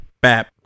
bap